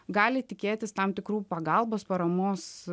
gali tikėtis tam tikrų pagalbos paramos